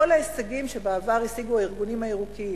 וכל ההישגים שבעבר השיגו הארגונים הירוקים,